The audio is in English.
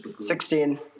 Sixteen